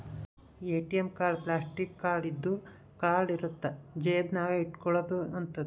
ATM card plastic ಇಂದು card ಇರುತ್ತ ಜೇಬ ನಾಗ ಇಟ್ಕೊಲೊ ಅಂತದು